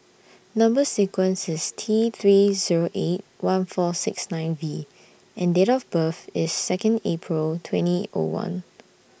Number sequence IS T three Zero eight one four six nine V and Date of birth IS Second April twenty O one